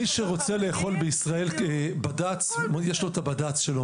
אנחנו מכבדים --- מי שרוצה לאכול בד"צ יש לו את הבד"צ שלו,